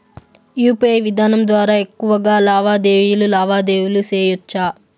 UPI విధానం ద్వారా ఎక్కువగా లావాదేవీలు లావాదేవీలు సేయొచ్చా?